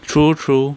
true true